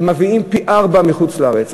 מביאים פי-ארבעה מחוץ-לארץ.